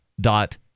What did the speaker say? dot